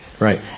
Right